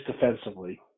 defensively